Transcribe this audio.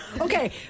Okay